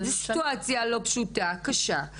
זו סיטואציה לא פשוטה וקשה,